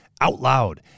OUTLOUD